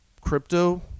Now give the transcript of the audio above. crypto